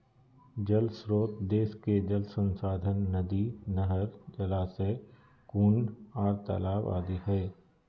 जल श्रोत देश के जल संसाधन नदी, नहर, जलाशय, कुंड आर तालाब आदि हई